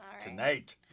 tonight